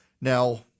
Now